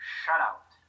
shutout